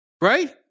Right